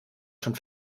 schon